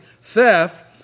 theft